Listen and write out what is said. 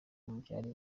byari